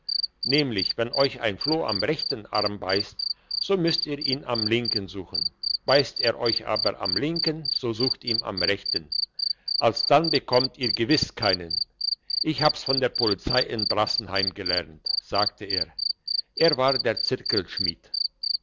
nämlich wenn euch ein floh am rechten arm beisst müsst ihr ihn am linken suchen beisst er euch aber am linken so sucht ihn am rechten alsdann bekommt ihr gewiss keinen ich hab's von der polizei in brassenheim gelernt sagte er es war der